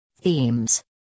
Themes